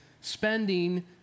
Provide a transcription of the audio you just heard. spending